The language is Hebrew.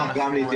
אני אגיד